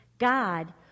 God